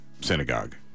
synagogue